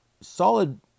solid